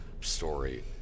story